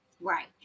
Right